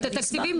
את התקציבים,